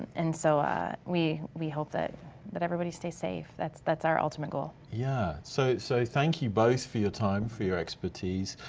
and so we we hope that that everybody stays safe that's that's our ultimate goal. yeah, so so thank you both for your time, for your expertise,